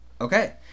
Okay